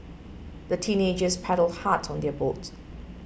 the teenagers paddled hard on their boat